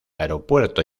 aeropuerto